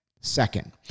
Second